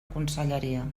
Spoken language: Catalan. conselleria